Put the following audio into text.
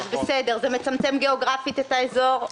בסדר, זה מצמצם גיאוגרפית את האזור.